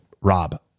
Rob